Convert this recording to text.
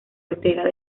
ortega